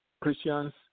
Christians